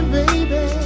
baby